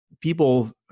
people